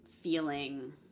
feeling